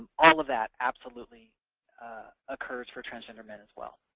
all of that absolutely occurs for transgender men as well.